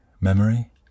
Memory